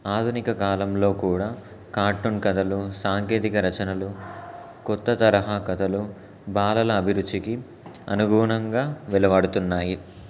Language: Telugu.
ఆధునిక కాలంలో కూడా కార్టూన్ కథలు సాంకేతిక రచనలు కొత్త తరహా కథలు బాలల అభిరుచికి అనుగుణంగా వెలవడుతున్నాయి